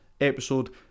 episode